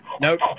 Nope